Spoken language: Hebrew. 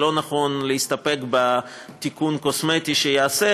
זה לא נכון להסתפק בתיקון קוסמטי שייעשה